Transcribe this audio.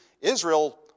Israel